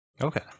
Okay